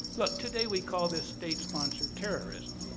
but today we call this state-sponsored terrorism.